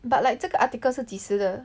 but like 这个 article 是及时的